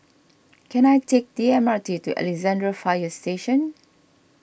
can I take the M R T to Alexandra Fire Station